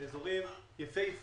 אלה אזורים יפהפיים,